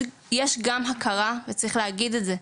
יש גם הכרה, צריך להגיד את זה,